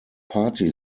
party